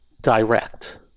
direct